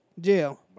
Jail